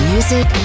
Music